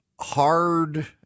hard